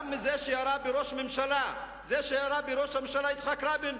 גם זה שירה בראש הממשלה יצחק רבין,